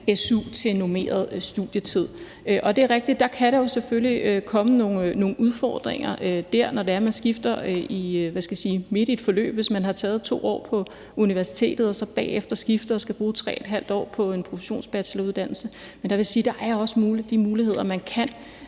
Det er rigtigt, at der kan der selvfølgelig komme nogle udfordringer, når man skifter midt i et forløb, hvis man har taget 2 år på universitetet og så bagefter skifter og skal bruge 3½ år på en professionsbacheloruddannelse. Men jeg vil sige, at der er der også de muligheder, at man